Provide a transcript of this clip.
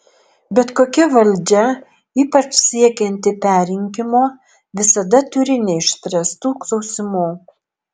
bet kokia valdžia ypač siekianti perrinkimo visada turi neišspręstų klausimų